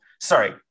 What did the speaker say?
Sorry